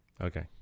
Okay